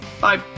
Bye